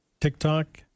TikTok